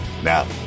Now